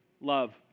Love